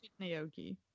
Naoki